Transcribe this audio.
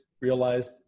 realized